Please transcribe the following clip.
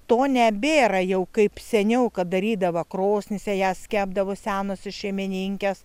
to nebėra jau kaip seniau darydavo krosnyse jas kepdavo senosios šeimininkės